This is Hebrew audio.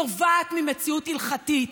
נובעת ממציאות הלכתית.